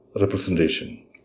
Representation